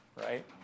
right